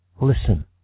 Listen